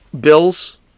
bills